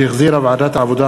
שהחזירה ועדת העבודה,